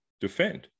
defend